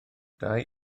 dau